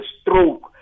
stroke